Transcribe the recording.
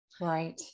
right